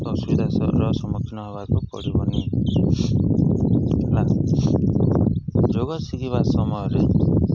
ଅସୁବିଧାର ସମ୍ମୁଖୀନ ହବାକୁ ପଡ଼ିବନି ହେଲା ଯୋଗ ଶିଖିବା ସମୟରେ